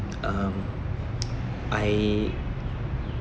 um I